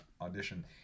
audition